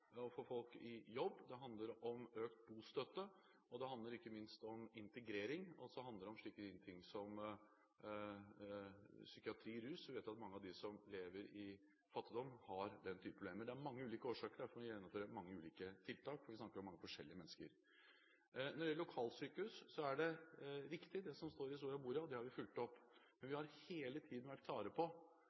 å få folk i jobb, det handler om økt bostøtte, og det handler ikke minst om integrering, og så handler det om slike ting som psykiatri, rus. Vi vet at mange av dem som lever i fattigdom, har den type problemer. Det er mange ulike årsaker. Derfor må vi gjennomføre mange ulike tiltak, for vi snakker om mange forskjellige mennesker. Når det gjelder lokalsykehus, er det riktig det som står i Soria Moria-erklæringen, og det har vi fulgt opp. Men vi har hele tiden vært klare på